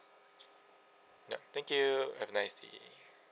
ya thank you have a nice day